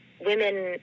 women